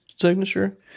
signature